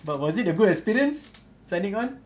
but was it a good experience signing on